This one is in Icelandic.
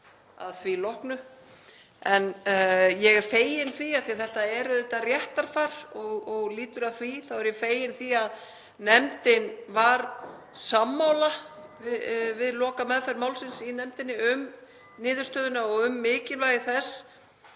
að því loknu. En ég er fegin því, af því að þetta er auðvitað réttarfar og lýtur að því, að nefndin var sammála við lokameðferð málsins í nefndinni um niðurstöðuna og mikilvægi þess